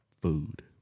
Food